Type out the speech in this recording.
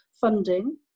funding